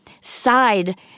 side